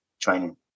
training